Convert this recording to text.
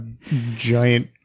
giant